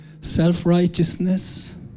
self-righteousness